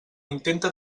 intenta